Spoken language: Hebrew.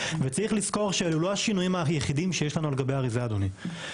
וצריך לזכור שאלה לא השינויים היחידים שיש לנו על גבי האריזה אדוני.